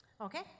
Okay